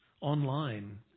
online